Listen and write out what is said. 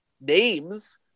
names